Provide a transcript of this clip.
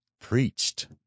preached